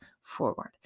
forward